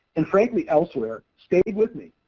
and frankly elsewhere, stayed with me.